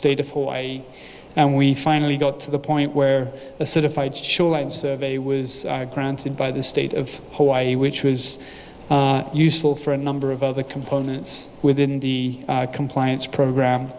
state of hawaii and we finally got to the point where a certified shoreline survey was granted by the state of hawaii which was useful for a number of other components within the compliance